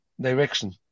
direction